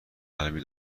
قلبی